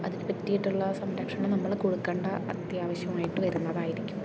അതിനു പറ്റിയിട്ടുള്ള സംരക്ഷണം നമ്മൾ കൊടുക്കേണ്ട അത്യാവശ്യമായിട്ട് വരുന്നതായിരിക്കും